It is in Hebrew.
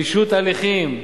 פישוט הליכים,